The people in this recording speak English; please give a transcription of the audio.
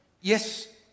yes